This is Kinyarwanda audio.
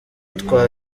twa